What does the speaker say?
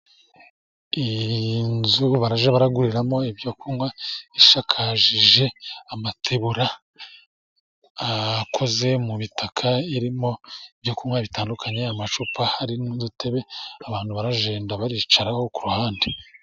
Inzu barajya baguriramo ibyo kunywa, isakaje amategura akoze mu bitaka, irimo ibyo kunywa bitandukanye amacupa. Hari n'intebe abantu baragenda bicaraho ku ruhande.